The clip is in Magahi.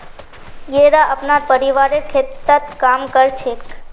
येरा अपनार परिवारेर खेततत् काम कर छेक